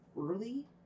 early